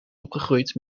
opgegroeid